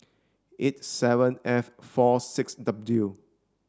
eight seven F four six W